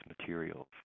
materials